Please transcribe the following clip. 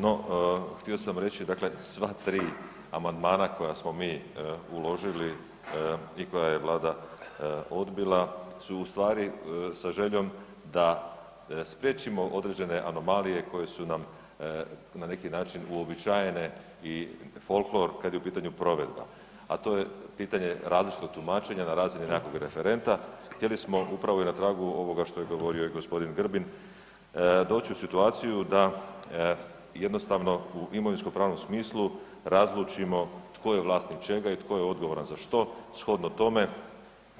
No htio sam reći, sva tri amandmana koja smo mi uložili i koja je Vlada odbila su ustvari sa željom da spriječimo određene anomalije koje su nam na neki način uobičajene i folklor kad je u pitanju provedba, a to je pitanje različitog tumačenja na razini nekakvog referenta, htjeli smo upravo i na tragu ovoga što je govorio i g. Grbin doći u situaciju da jednostavno u imovinsko pravnom smislu razlučimo tko je vlasnik čega i tko je odgovoran za što shodno tome